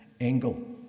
angle